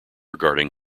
regarding